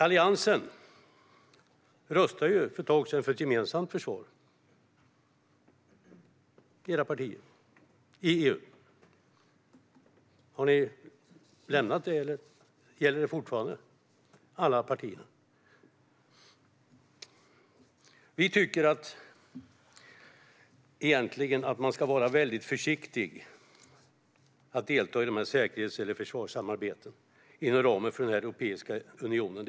Allianspartierna röstade för ett tag sedan för ett gemensamt försvar i EU. Har ni lämnat det, eller gäller det fortfarande för alla era partier? Vi tycker egentligen att man ska vara väldigt försiktig med att delta i de här säkerhets och försvarssamarbetena inom ramen för Europeiska unionen.